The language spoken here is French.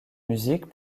musiques